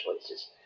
choices